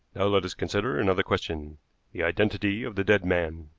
now let us consider another question the identity of the dead man.